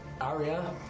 Aria